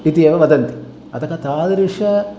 इति एव वदन्ति अतः तादृशाः